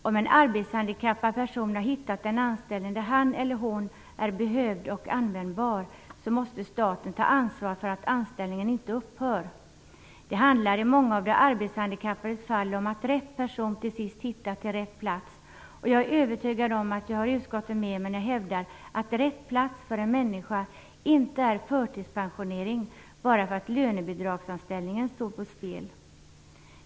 Om en arbetshandikappad person har hittat en anställning där han eller hon är behövd och användbar måste staten ta ansvar för att anställningen inte upphör. Det handlar i många av de arbetshandikappades fall om att rätt person till sist hittat till rätt plats. Jag är övertygad om att jag har utskottet med mig när jag hävdar att rätt plats för en människa inte är förtidspensionering bara därför att lönebidragsanställningen står på spel.